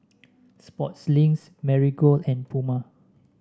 Sportslink Marigold and Puma